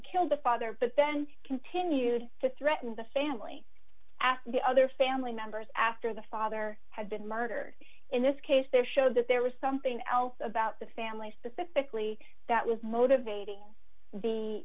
killed the father but then continued to threaten the family after the other family members after the father had been murdered in this case their show that there was something else about the family specifically that was motivating the